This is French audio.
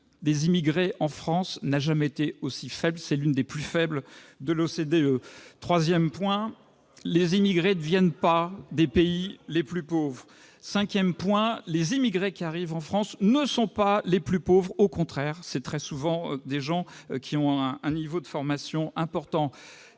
des immigrés en France n'a jamais été aussi faible- c'est l'une des plus faibles des pays de l'OCDE. Troisièmement, les immigrés ne viennent pas des pays les plus pauvres. Quatrièmement, les immigrés qui arrivent en France ne sont pas les plus pauvres : au contraire, ils ont très souvent un niveau de formation élevé.